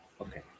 Okay